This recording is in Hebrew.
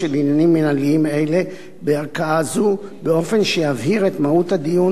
עניינים מינהליים אלה בערכאה זו באופן שיבהיר את מהות הדיון,